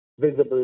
visibly